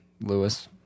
Lewis